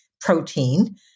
protein